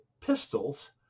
pistols